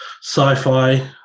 sci-fi